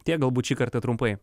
tiek galbūt šį kartą trumpai